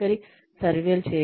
వైఖరి సర్వేలు